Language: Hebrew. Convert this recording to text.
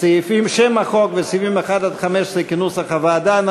שם החוק וסעיפים 1 15 כנוסח הוועדה.